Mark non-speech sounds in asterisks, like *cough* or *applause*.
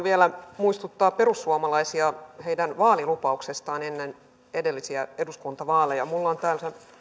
*unintelligible* vielä muistuttaa perussuomalaisia heidän vaalilupauksestaan ennen edellisiä eduskuntavaaleja minulla on täällä